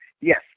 Yes